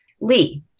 Lee